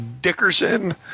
Dickerson